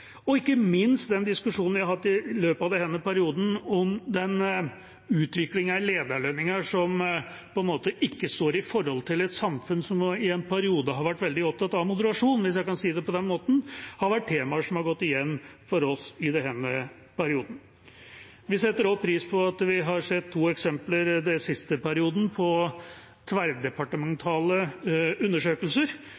og ikke minst den diskusjonen vi har hatt i løpet av denne perioden om utviklingen i lederlønninger – som på en måte ikke står i forhold til et samfunn som nå i en periode har vært veldig opptatt av moderasjon, hvis jeg kan si det på den måten – har vært temaer som har gått igjen for oss i denne perioden. Vi setter også pris på at vi har sett to eksempler den siste perioden på